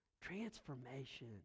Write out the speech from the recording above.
Transformation